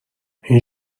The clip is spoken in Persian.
این